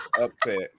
Upset